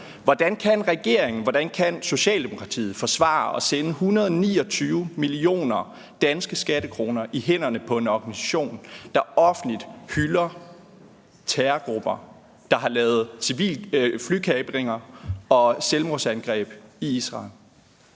hvordan kan Socialdemokratiet forsvare at sende 129 millioner danske skattekroner i hænderne på en organisation, der offentligt hylder terrorgrupper, der har lavet civile flykapringer og selvmordsangreb i Israel?